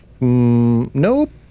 nope